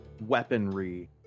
weaponry